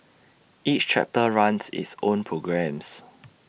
each chapter runs its own programmes